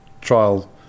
trial